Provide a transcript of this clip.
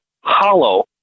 hollow